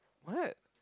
what